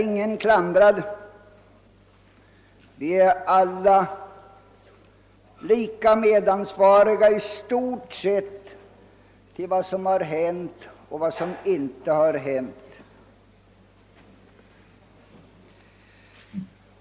Jag klandrar ingen särskilt härvidlag; vi är alla i stort sett lika ansvariga för vad som har hänt och vad som inte har hänt.